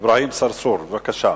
אברהים צרצור, בבקשה.